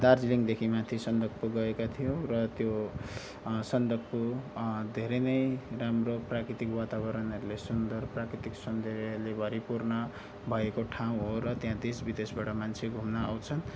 दार्जिलिङदेखि माथि सन्दकपुर गएका थियौँ र त्यो सन्दकपुर धेरै नै राम्रो प्राकृतिक वातावरणहरूले सुन्दर प्राकृतिक सौन्दर्यले भरिपूर्ण भएको ठाउँ हो र त्यहाँ देश विदेशबाट मान्छेहरू घुम्न आउँछन्